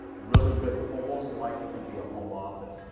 really good. it's almost like it could be a home office.